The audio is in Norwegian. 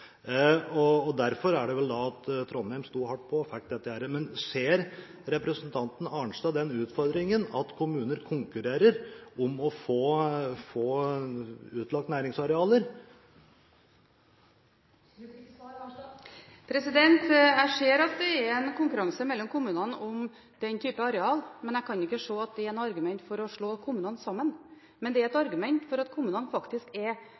Det var vel derfor Trondheim sto hardt på og fikk dette. Ser representanten Arnstad den utfordringen med at kommuner konkurrerer om å få utlagt næringsarealer? Jeg ser at det er konkurranse mellom kommunene om den type areal, men jeg kan ikke se at det er noe argument for å slå kommunene sammen. Men det er et argument for at kommunene faktisk er